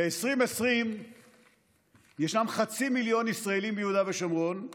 ב-2020 ישנם חצי מיליון ישראלים ביהודה ושומרון.